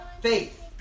faith